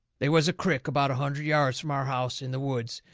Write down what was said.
they was a crick about a hundred yards from our house, in the woods,